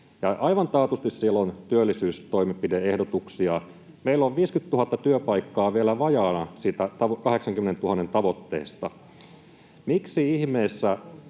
aivan taatusti siellä on työllisyystoimenpide-ehdotuksia. Meillä on 50 000 työpaikkaa vielä vajaana siitä 80 000:n tavoitteesta. [Suna Kymäläisen